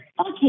Okay